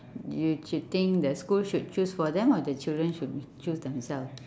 you should think the school should choose for them or the children should choose themselves